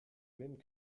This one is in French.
mêmes